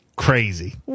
Crazy